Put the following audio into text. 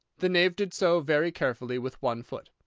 the knave did so, very carefully, with one foot.